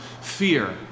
fear